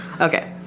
okay